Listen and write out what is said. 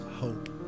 hope